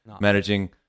managing